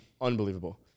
unbelievable